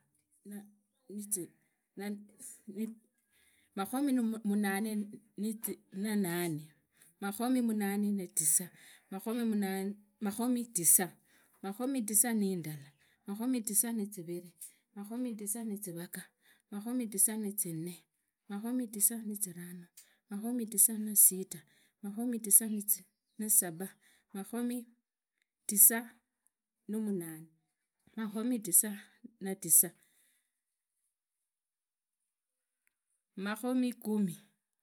Naaa nizi naa makhomi numunane nizi nanane, makhomi munane na tisa, makhomi munane, makhomi tisa, makhomi tisa nindala, makhomi tisa niziviri, makhomi tisa nizivaga, makhomi tisa nizinne, makhomi tisa na zivanu, makhomi tisa na sita, makhomi tisa na saba, makhomi tisa namunane makhomi tisa na tisa, makhomi kumi.